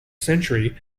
century